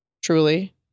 Truly